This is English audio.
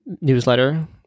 newsletter